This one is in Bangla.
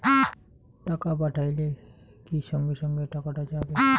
টাকা পাঠাইলে কি সঙ্গে সঙ্গে টাকাটা যাবে?